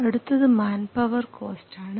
അടുത്തത് മാൻപവർ കോസ്റ്റാണ്